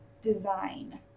design